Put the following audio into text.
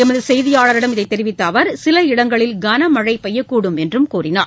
எமது செய்தியாளரிடம் இதனைத் தெரிவித்த அவர் சில இடங்களில் கனமழை பெய்யக்கூடும் என்றும் கூறினார்